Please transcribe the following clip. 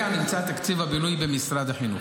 נמצא תקציב הבינוי במשרד החינוך,